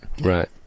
Right